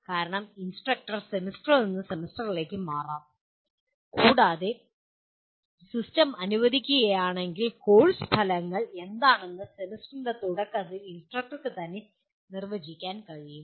കാരണം ഇൻസ്ട്രക്ടർ സെമസ്റ്ററിൽ നിന്ന് സെമസ്റ്ററിലേക്ക് മാറാം കൂടാതെ സിസ്റ്റം അനുവദിക്കുകയാണെങ്കിൽ കോഴ്സ് ഫലങ്ങൾ എന്താണെന്ന് സെമസ്റ്ററിന്റെ തുടക്കത്തിൽ ഇൻസ്ട്രക്ടർക്ക് തന്നെ നിർവചിക്കാൻ കഴിയും